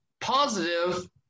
positive